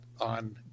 on